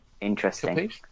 Interesting